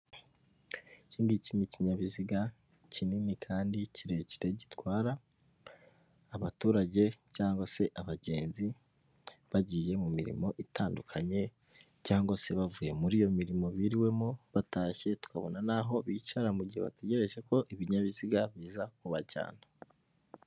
Iki ngiki ni ikinyabiziga kinini kandi kirekire, gitwara abaturage cyangwa se abagenzi bagiye mu mirimo itandukanye, cyangwa se bavuye muri iyo mirimo biriwemo, batashye. Tukabona n'aho bicara gihe bategereje ko ibinyabiziga biza kubajyana.